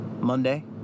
Monday